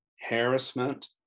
harassment